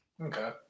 okay